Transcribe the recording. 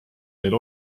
meil